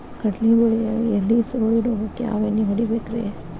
ಕಡ್ಲಿ ಬೆಳಿಯಾಗ ಎಲಿ ಸುರುಳಿ ರೋಗಕ್ಕ ಯಾವ ಎಣ್ಣಿ ಹೊಡಿಬೇಕ್ರೇ?